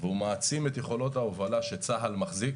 והוא מעצים את יכולות ההובלה שצה"ל מחזיק